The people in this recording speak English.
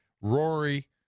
Rory